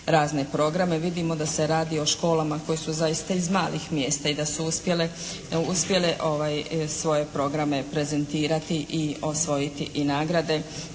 razne programe, vidimo da se radi o školama koje su zaista iz malih mjesta i da su uspjele svoje programe prezentirati i osvojiti i nagrade